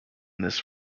this